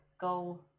go